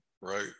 right